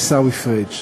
עיסאווי פריג'.